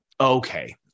Okay